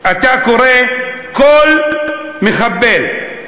כל מחבל,